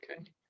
Okay